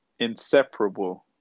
Inseparable